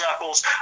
knuckles